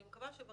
אני מקווה שברגע